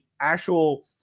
actual